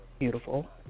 Beautiful